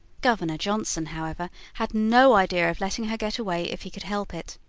governor johnson, however, had no idea of letting her get away if he could help it.